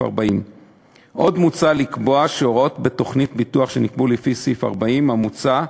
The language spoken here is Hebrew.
40. עוד מוצע לקבוע שהוראות בתוכנית ביטוח שנקבעו לפי סעיף 40 המוצע,